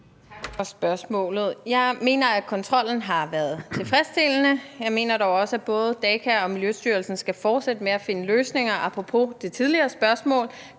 Tak for spørgsmålet. Jeg mener, at kontrollen har været tilfredsstillende. Jeg mener dog også, at både Daka og Miljøstyrelsen skal fortsætte med at finde løsninger apropos det tidligere spørgsmål,